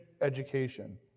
education